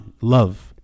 love